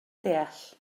deall